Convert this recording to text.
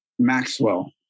Maxwell